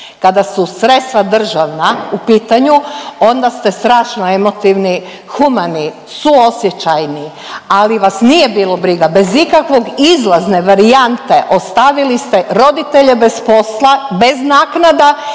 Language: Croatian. kada su sredstva državna u pitanju onda ste strašno emotivni, humani, suosjećajni ali as nije bilo briga bez ikakve izlazne varijante ostavili ste roditelje bez posla, bez naknada